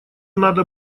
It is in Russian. надо